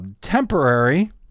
temporary